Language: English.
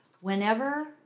Whenever